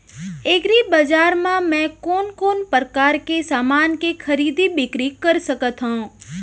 एग्रीबजार मा मैं कोन कोन परकार के समान के खरीदी बिक्री कर सकत हव?